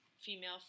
female